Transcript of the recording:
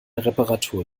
reparatur